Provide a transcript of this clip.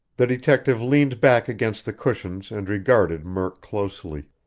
the detective leaned back against the cushions and regarded murk closely.